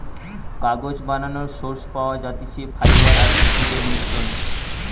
কাগজ বানানোর সোর্স পাওয়া যাতিছে ফাইবার আর উদ্ভিদের মিশ্রনে